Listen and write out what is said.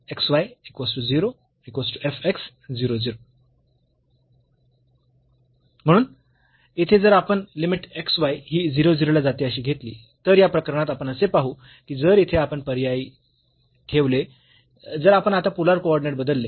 म्हणून येथे जर आपण लिमिट x y ही 0 0 ला जाते अशी घेतली तर या प्रकरणात आपण असे पाहू की जर येथे आपण पर्यायी ठेवले जर आपण आता पोलर कॉर्डिनेट बदलले